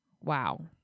Wow